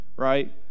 right